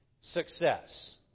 success